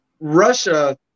Russia